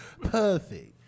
perfect